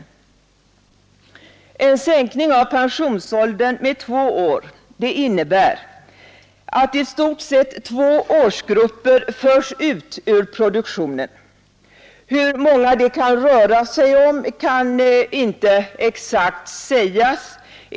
En sänkning av pensionsåldern med två år innebär att i stort sett två årsgrupper förs ut ur produktionen. Hur många det kan röra sig om kan inte exakt sägas.